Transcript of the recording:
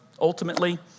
ultimately